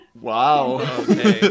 Wow